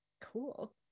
Cool